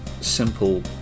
simple